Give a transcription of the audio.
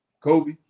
Kobe